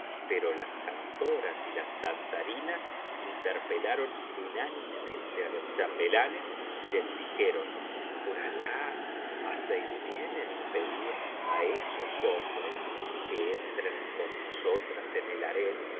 pero las cantoras y las danzarinas interpelaron unánimemente á iqs chambelanes y les dijeron por alah hacéis bien en impedir á esos hombres que entren con nosotras en el harén